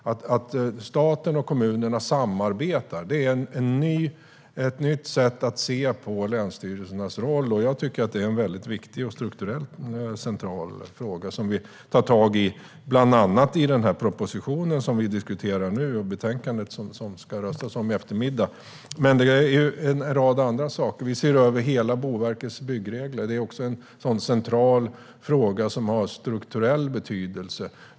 Att få staten och kommunerna att samarbeta är ett nytt sätt att se på länsstyrelsernas roll. Jag tycker att detta är en viktig och central strukturell fråga, som vi tar tag i i bland annat den proposition som vi diskuterar nu och det betänkande som ni ska rösta om i eftermiddag. Fler steg för en effekti-vare plan och bygglag Det finns även en rad andra saker. Vi ser över Boverkets alla byggregler, vilket också är en central fråga med strukturell betydelse.